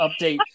update